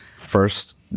First